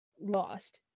lost